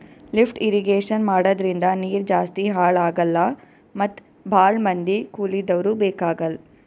lift irrigation ಮಾಡದ್ರಿಂದ ನೀರ್ ಜಾಸ್ತಿ ಹಾಳ್ ಆಗಲ್ಲಾ ಮತ್ ಭಾಳ್ ಮಂದಿ ಕೂಲಿದವ್ರು ಬೇಕಾಗಲ್